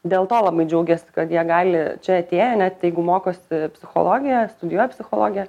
dėl to labai džiaugiasi kad jie gali čia atėję net jeigu mokosi psichologiją studijuoja psichologiją